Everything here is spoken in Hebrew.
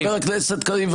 חבר הכנסת קריב,